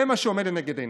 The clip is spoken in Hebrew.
זה מה שעומד לנגד עיניי,